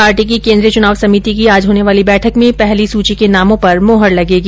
party की केंद्रीय चुनाव समिति की आज होने वाली बैठक में पहली सूची के नामों पर मुहर लगेगी